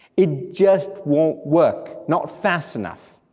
it just won't work, not fast enough,